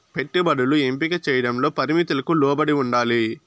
పెట్టుబడులు ఎంపిక చేయడంలో పరిమితులకు లోబడి ఉండాలి